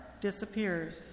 disappears